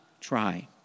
try